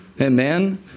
Amen